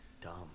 dumb